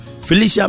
Felicia